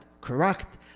Correct